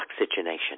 oxygenation